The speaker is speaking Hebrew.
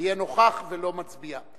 אהיה נוכח ולא אצביע.